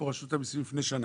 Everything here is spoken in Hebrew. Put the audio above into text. רשות המיסים היו פה לפני שנה,